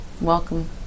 Welcome